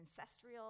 ancestral